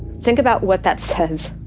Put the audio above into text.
think about what that says.